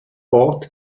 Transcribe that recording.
ort